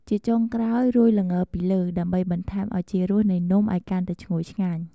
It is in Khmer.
ជាចុងក្រោយ រោយល្ងពីលើ ដើម្បីបន្ថែមឱជារសនៃនំឱ្យកាន់តែឈ្ងុយឆ្ងាញ់។